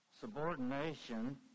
Subordination